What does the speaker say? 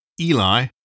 Eli